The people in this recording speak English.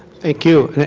thank you.